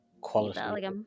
quality